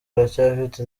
aracyafite